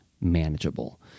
manageable